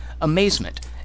Amazement